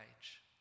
age